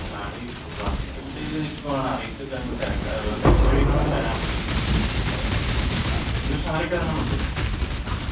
കളി ഇപ്പോൾ വർക്കിൻ്റെ ഇതിൽ നിൽക്കുവാണ് അറിയത്തില്ല ഒന്നും തിരക്കാണ് തിരക്കൊഴിയുന്ന പോലെ വരാം മ്മ് അതാ ഈ വർഷം ആരൊക്കെ ഇറങ്ങുന്നുണ്ട്